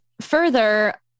further